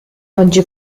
oggi